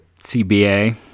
CBA